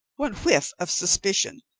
one whiff of suspicion,